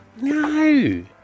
No